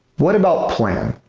what about plan?